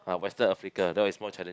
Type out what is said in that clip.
eh Western Africa although is more challenge